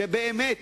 שבאמת